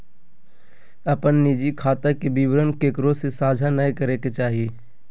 अपन निजी खाता के विवरण केकरो से साझा नय करे के चाही